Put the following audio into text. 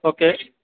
okay